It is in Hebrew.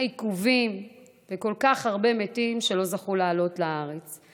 העיכובים וכל כך הרבה מתים שלא זכו לעלות לארץ.